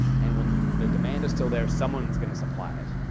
and when the demand is still there, someone is going to supply it.